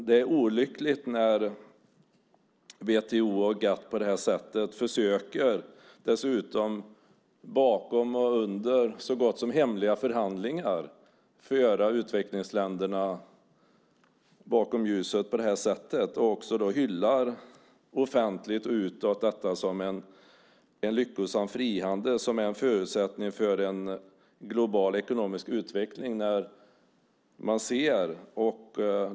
Det är olyckligt när WTO och GATS på det här sättet försöker, under så gott som hemliga förhandlingar, föra utvecklingsländer bakom ljuset på det här sättet och hyllar offentligt, utåt, detta som en lyckosam frihandel som är en förutsättning för en global ekonomisk utveckling.